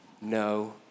no